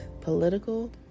political